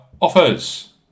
offers